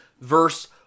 verse